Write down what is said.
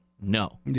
No